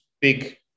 big